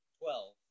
Twelve